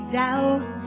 doubt